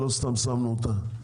לא סתם שמנו אותה.